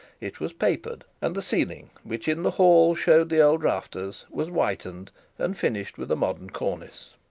it was papered, and the ceiling, which in the hall showed the old rafters, was whitened and finished with a modern cornice.